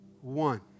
One